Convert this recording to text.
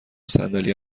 صندلی